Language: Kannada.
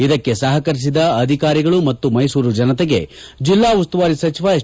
ಇದಕ್ಕೆ ಸಹಕರಿಬದ ಅಧಿಕಾರಿಗಳು ಮತ್ತು ಮೈಸೂರು ಜನತೆಗೆ ಜೆಲ್ಲಾ ಉಸ್ತುವಾರಿ ಸಚಿವ ಎಸ್